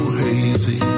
hazy